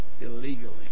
illegally